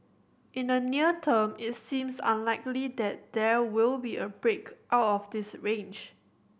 in the near term it seems unlikely that there will be a break out of this range